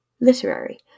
literary